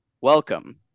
Welcome